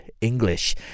English